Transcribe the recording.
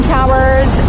Towers